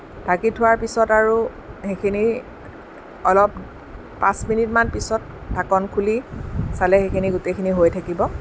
ঢাকি থোৱাৰ পিছত আৰু সেইখিনি অলপ পাঁচ মিনিটমান পিছত ঢাকন খুলি চালে সেইখিনি গোটেইখিনি হৈ থাকিব